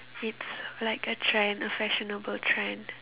it's like a trend a fashionable trend